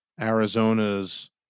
Arizona's